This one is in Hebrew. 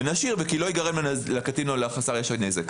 ונשאיר: וכי לא ייגרם לקטין או לחסר הישע נזק.